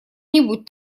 нибудь